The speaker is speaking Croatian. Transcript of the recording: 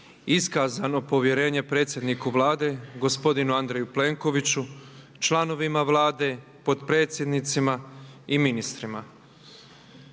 iskazano povjerenje predsjedniku Vlade gospodinu Andreju Plenkoviću, članovima Vlade, potpredsjednicima i ministrima.